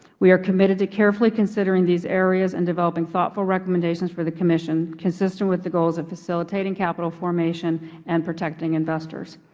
we are committed to carefully considering these areas and developing thoughtful recommendations for the commission consistent with the goals of facilitating capital formation and protecting investors.